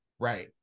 Right